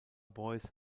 boys